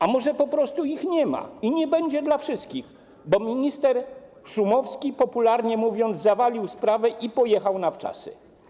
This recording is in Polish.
A może po prostu ich nie ma i nie będzie dla wszystkich, bo minister Szumowski, popularnie mówiąc, zawalił sprawę i pojechał na wczasy.